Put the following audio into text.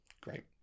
Great